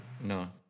No